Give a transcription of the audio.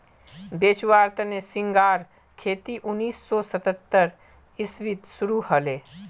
बेचुवार तने झिंगार खेती उन्नीस सौ सत्तर इसवीत शुरू हले